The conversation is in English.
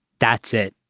that's it.